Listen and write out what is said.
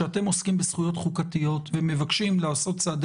כשאתם עוסקים בזכויות חוקתיות ומבקשים לעשות צעדי